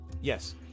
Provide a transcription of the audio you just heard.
Yes